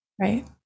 Right